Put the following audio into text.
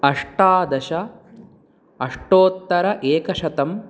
अष्टादश अष्टोत्तर एकशतं